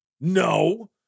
No